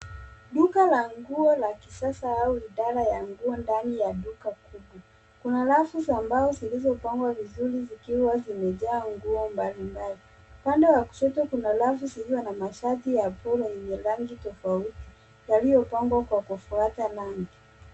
Duka la nguo la kisasa au idara ya nguo ndani ya duka kubwa kuna rafu ambazo zilizopangwa vizuri zikiwa zimejaa nguo mbalimbali kando ya kushoto kuna rafu zilizo na shati zilizo na rangi tofouti yaliyopangwa kwa kufuata rangi.